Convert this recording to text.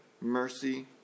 mercy